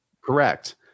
Correct